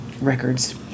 Records